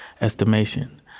estimation